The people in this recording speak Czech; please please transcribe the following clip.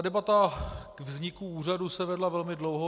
Debata k vzniku úřadu se vedla velmi dlouho.